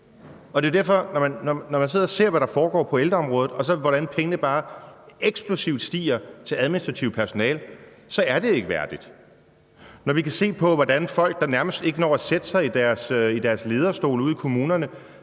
der sker. Når man sidder og ser, hvad der foregår på ældreområdet, og hvordan udgifterne bare eksplosivt stiger til administrativt personale, er det ikke værdigt. Vi kan se, hvordan folk, der nærmest ikke når at sætte sig i deres lederstole ude i kommunerne,